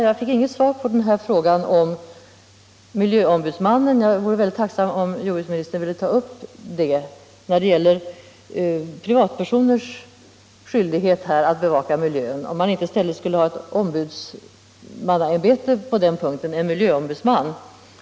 Jag fick inget svar på frågan om miljöombudsman. Jag vore väldigt tacksam om jordbruksministern ville ta upp frågan om man inte skulle ha en miljöombudsman.